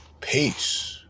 Peace